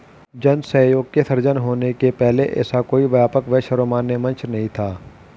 जन सहयोग के सृजन होने के पहले ऐसा कोई व्यापक व सर्वमान्य मंच नहीं था